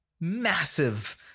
massive